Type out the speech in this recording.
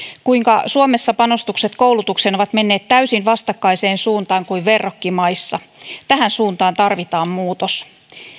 kuinka suomessa panostukset koulutukseen ovat menneet täysin vastakkaiseen suuntaan kuin verrokkimaissa tähän suuntaan tarvitaan muutos